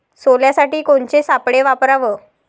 सोल्यासाठी कोनचे सापळे वापराव?